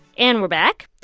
and we're back.